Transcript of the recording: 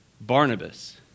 Barnabas